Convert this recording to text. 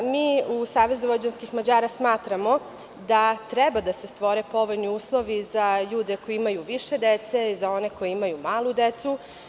Mi u Savezu vojvođanskih Mađara smatramo da treba da se stvore povoljni uslovi da ljude koji imaju više dece, za one koji imaju malu decu.